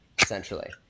Essentially